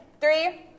three